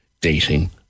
dating